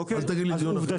אל תגיד לי דיון אחר.